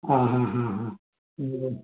ಹಾಂ ಹಾಂ ಹಾಂ ಹಾಂ